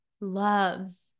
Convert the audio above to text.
loves